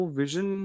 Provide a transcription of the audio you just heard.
vision